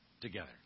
together